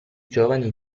giovani